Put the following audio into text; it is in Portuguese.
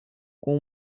com